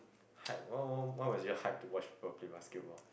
height what what what was your height to watch or play basketball